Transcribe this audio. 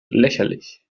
lächerlich